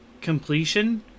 completion